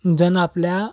जण आपल्या